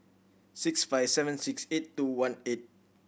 six five seven six eight two one eight